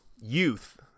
Youth